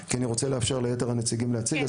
כי אני רוצה לאפשר ליתר הנציגים להציג,